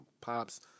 pops